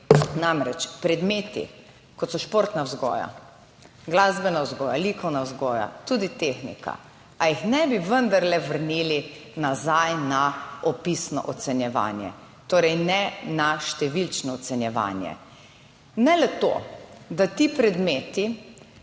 Namreč, predmeti kot so športna vzgoja, glasbena vzgoja, likovna vzgoja, tudi tehnika, a jih ne bi vendarle vrnili nazaj na opisno ocenjevanje. Torej, ne na številčno ocenjevanje, ne le to, da ti predmeti,